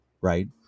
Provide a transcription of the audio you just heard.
Right